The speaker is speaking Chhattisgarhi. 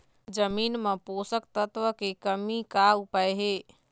जमीन म पोषकतत्व के कमी का उपाय हे?